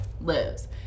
lives